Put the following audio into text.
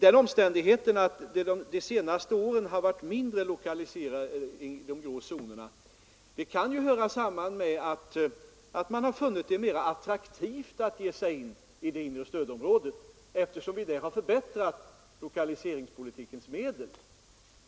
Den omständigheten att det under de senaste åren har varit mindre lokaliseringar än tidigare i den grå zonen kan ju höra samman med att företagen har funnit det mera attraktivt att ge sig in i det inre stödområdet, eftersom vi där har förbättrat lokaliseringspolitikens medel.